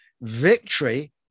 victory